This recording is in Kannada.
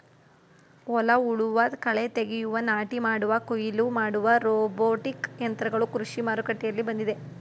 ಹೊಲ ಉಳುವ, ಕಳೆ ತೆಗೆಯುವ, ನಾಟಿ ಮಾಡುವ, ಕುಯಿಲು ಮಾಡುವ ರೋಬೋಟಿಕ್ ಯಂತ್ರಗಳು ಕೃಷಿ ಮಾರುಕಟ್ಟೆಯಲ್ಲಿ ಬಂದಿವೆ